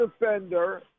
defender